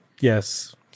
Yes